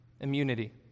immunity